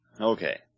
Okay